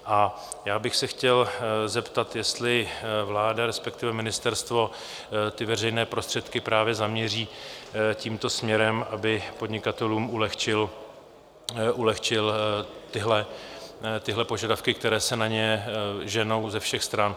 A já bych se chtěl zeptat, jestli vláda, respektive ministerstvo, ty veřejné prostředky právě zaměří tímto směrem, aby podnikatelům ulehčily tyhle požadavky, které se na ně ženou ze všech stran.